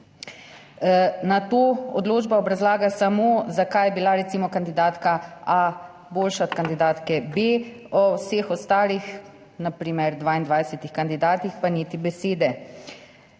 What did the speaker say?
Nato odločba obrazlaga samo, zakaj je bila recimo kandidatka A boljša od kandidatke B, o vseh ostalih na primer 22 kandidatih pa niti besede.